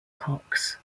cox